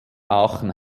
aachen